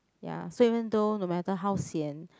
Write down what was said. ya so even though no matter how sian